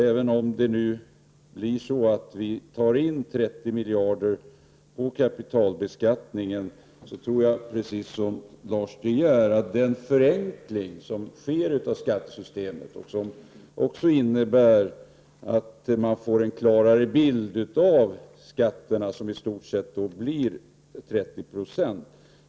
Även om vi tar in 30 miljarder på kapitalbeskattningen tror jag, precis som Lars De Geer, att det sker en förenkling av skattesystemet. Den innebär också att man får en klarare bild av skatten, som i stort sett blir 30 96.